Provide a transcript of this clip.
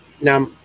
now